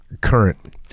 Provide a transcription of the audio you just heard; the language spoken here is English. current